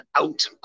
out